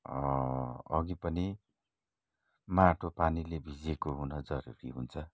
अघि पनि माटो पानीले भिजेको हुन जरुरी हुन्छ